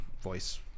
voice